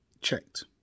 checked